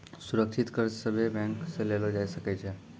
सुरक्षित कर्ज सभे बैंक से लेलो जाय सकै छै